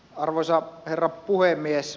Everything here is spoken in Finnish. arvoisa herra puhemies